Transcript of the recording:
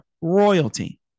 Royalty